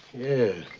yeah.